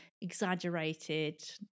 exaggerated